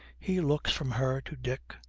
he looks from her to dick,